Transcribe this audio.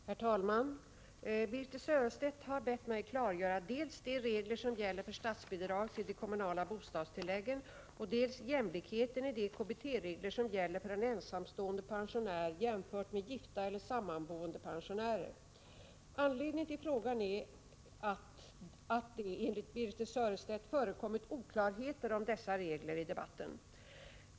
Herr talman! Birthe Sörestedt har bett mig klargöra dels de regler som gäller för statsbidrag till de kommunala bostadstilläggen, dels jämlikheten i de KBT-regler som gäller för en ensamstående pensionär jämfört med gifta eller sammanboende pensionärer. Anledningen till frågan är att det, enligt Birthe Sörestedt, förekommit oklarheter om dessa regler i debatten.